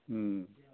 उम्